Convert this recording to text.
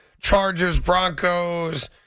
Chargers-Broncos